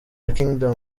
kingdom